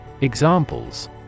Examples